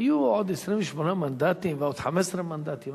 היו עוד 28 מנדטים ועוד 15 מנדטים,